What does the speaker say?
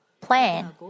plan